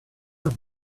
have